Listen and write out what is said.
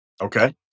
Okay